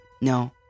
No